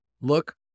look